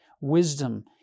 Wisdom